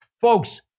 folks